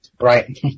Right